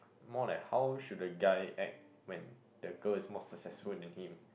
more like how should a guy act when the girl is more successful in the game